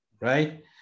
right